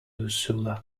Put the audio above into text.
ursula